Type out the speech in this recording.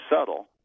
subtle